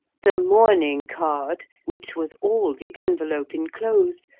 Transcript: the mourning card, which was all the envelope enclosed,